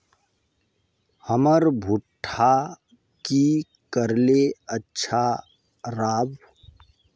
हमर भुट्टा की करले अच्छा राब?